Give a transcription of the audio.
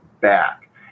back